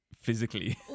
physically